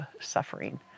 suffering